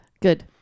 good